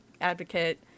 advocate